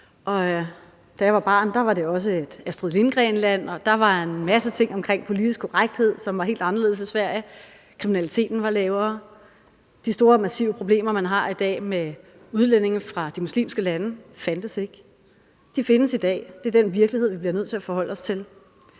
da jeg var barn, var det også et Astrid Lindgren-land, og der var en masse ting omkring politisk korrekthed, som var helt anderledes i Sverige. Kriminaliteten var lavere, og de store, massive problemer, man har i dag med udlændinge fra de muslimske lande, fandtes ikke. De findes i dag, og det er den virkelighed, vi bliver nødt til at forholde os til.